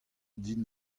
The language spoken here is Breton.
dit